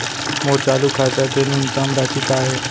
मोर चालू खाता के न्यूनतम राशि का हे?